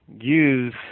use